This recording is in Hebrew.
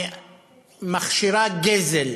מכשירה גזל,